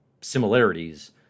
similarities